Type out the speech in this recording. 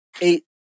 eight